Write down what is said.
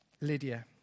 Lydia